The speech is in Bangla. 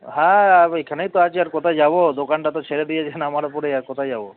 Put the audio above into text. হ্যাঁ আমি এখানেই তো আছি আর কোথায় যাবো দোকানটা তো ছেড়ে দিয়েছেন আমার উপরে আর কোথায় যাবো